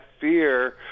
fear